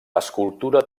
escultura